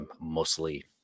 mostly